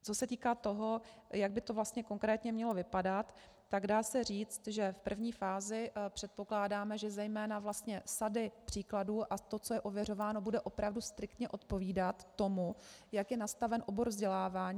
Co se týká toho, jak by to vlastně konkrétně mělo vypadat, tak dá se říct, že v první fázi předpokládáme, že zejména vlastně sady příkladů a to, co je ověřováno, bude opravdu striktně odpovídat tomu, jak je nastaven obor vzdělávání.